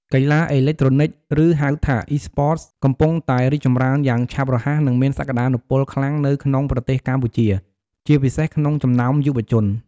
កីឡាអេឡិចត្រូនិក ឬហៅថា Esports កំពុងតែរីកចម្រើនយ៉ាងឆាប់រហ័ស និងមានសក្ដានុពលខ្លាំងនៅក្នុងប្រទេសកម្ពុជា ជាពិសេសក្នុងចំណោមយុវជន។